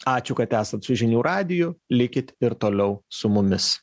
ačiū kad esat su žinių radiju likit ir toliau su mumis